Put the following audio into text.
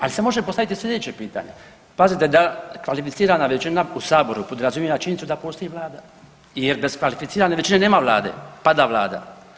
Ali se može postaviti sljedeće pitanje, pazite da kvalificirana većina u Saboru podrazumijeva činjenicu da postoji Vlada jer bez kvalificirane većine nema Vlade, pada Vlada.